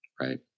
right